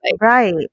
right